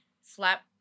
slap